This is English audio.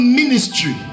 ministry